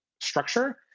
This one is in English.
structure